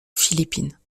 philippines